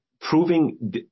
proving